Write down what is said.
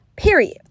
Period